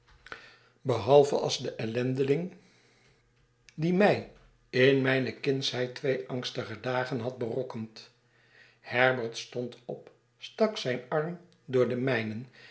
behalve als de ellendeling die mij in mijne kindsheid twee angstige dagen had berokkend herbert stond op stak zijn arm door den mijnen